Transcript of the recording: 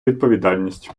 відповідальність